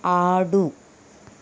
ఆడు